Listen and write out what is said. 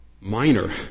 minor